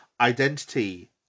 identity